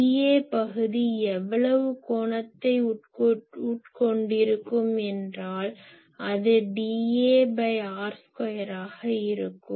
dA பகுதி எவ்வளவு கோணத்தை உட்கொண்டிருக்கும் என்றால் அது dAr2 ஆக இருக்கும்